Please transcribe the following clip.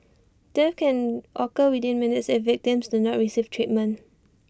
death can occur within minutes if victims do not receive treatment